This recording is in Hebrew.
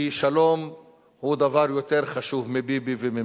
כי שלום הוא דבר יותר חשוב מביבי וממשלתו.